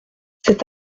cet